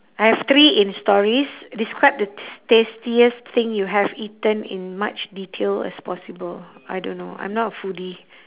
I have three in stories describe the ts~ tastiest thing you have eaten in much detail as possible I don't know I'm not a foodie